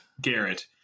Garrett